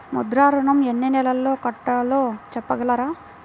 ముద్ర ఋణం ఎన్ని నెలల్లో కట్టలో చెప్పగలరా?